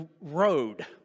road